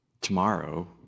Tomorrow